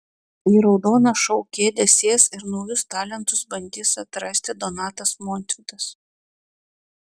į raudoną šou kėdę sės ir naujus talentus bandys atrasti donatas montvydas